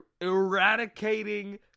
eradicating